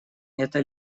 это